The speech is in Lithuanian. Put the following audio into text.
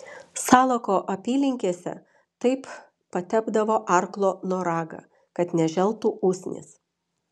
salako apylinkėse taip patepdavo arklo noragą kad neželtų usnys